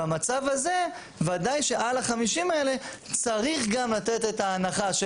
במצב הזה ודאי שעל ה-50 האלה צריך גם לתת את ההנחה של